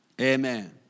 Amen